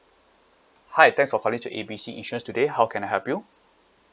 hi thanks for calling to A B C insurance today how can I help you